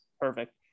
Perfect